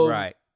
right